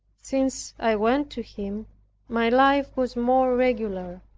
since i went to him my life was more regular.